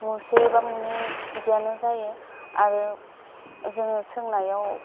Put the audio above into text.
मुसे बा मुनै बिदियानो जायो आरो जोङो सोंनायाव